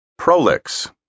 Prolix